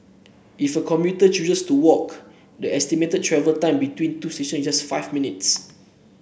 if a commuter chooses to walk the estimated travel time between two stations just five minutes